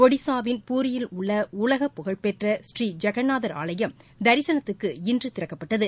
ஒடிஸாவின் பூரியில் உள்ள உலகப் புகழ்பெற்ற ஸ்ரீ ஜெகநாதர் ஆலயம் தரிசனத்துக்கு இன்று திறக்கப்பட்டது